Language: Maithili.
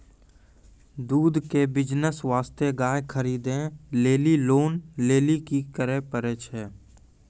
दूध के बिज़नेस वास्ते गाय खरीदे लेली लोन लेली की करे पड़ै छै?